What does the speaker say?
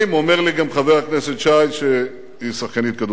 ואומר לי, גם, חבר הכנסת שי שהיא שחקנית כדורסל.